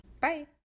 Bye